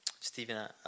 Stephen